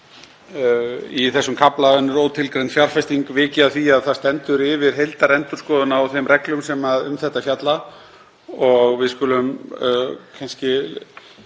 Í kaflanum Önnur ótilgreind fjárfesting er vikið að því að það stendur yfir heildarendurskoðun á þeim reglum sem um þetta fjalla og við skulum kannski